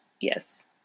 Yes